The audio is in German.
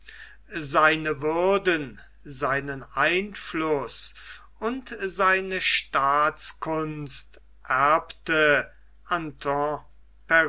seine würden seinen einfluß und seine staatskunst erbte anton